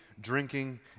drinking